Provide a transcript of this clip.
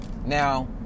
Now